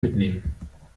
mitnehmen